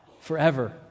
forever